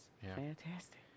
fantastic